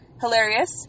Hilarious